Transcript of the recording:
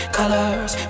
colors